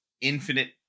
infinite